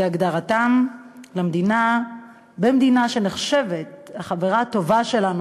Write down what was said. כהגדרתם מדינה שנחשבת החברה הטובה שלנו,